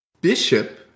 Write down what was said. Bishop